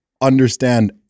understand